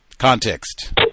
Context